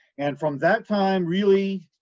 and from that time really,